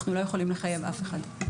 אנחנו לא יכולים לחייב אף אחד.